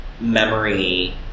memory